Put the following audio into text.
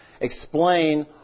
explain